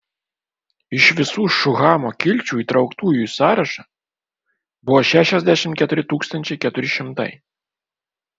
iš visų šuhamo kilčių įtrauktųjų į sąrašą buvo šešiasdešimt keturi tūkstančiai keturi šimtai